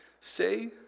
say